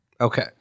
Okay